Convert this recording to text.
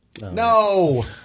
No